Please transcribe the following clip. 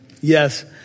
yes